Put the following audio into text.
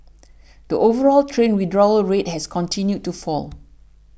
the overall train withdrawal rate has continued to fall